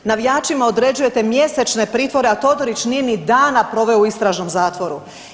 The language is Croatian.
Navijačima određujete mjesečne pritvore, a Todorić nije ni dana proveo u istražnom zatvoru.